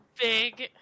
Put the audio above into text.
big